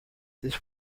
this